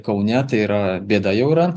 kaune tai yra bėda jau yra